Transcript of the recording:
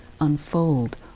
unfold